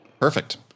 Perfect